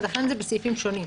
ולכן זה בסעיפים שונים.